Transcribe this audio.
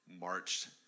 marched